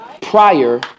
prior